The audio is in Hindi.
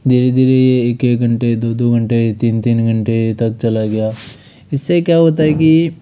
धीरे धीरे ये एक एक घंटे दो दो घंटे तीन तीन घंटे तक चला गया इससे क्या होता है कि